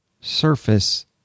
Surface